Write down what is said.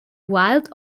white